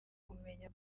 kumenya